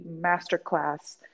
masterclass